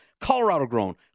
Colorado-grown